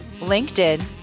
LinkedIn